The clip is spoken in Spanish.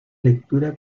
lectura